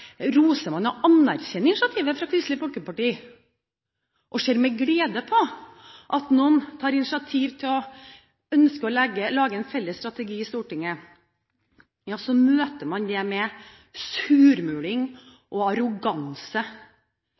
anerkjenner man initiativet fra Kristelig Folkeparti og ser med glede på at noen har initiativ til å ønske å lage en felles strategi i Stortinget, møter man det med surmuling og arroganse.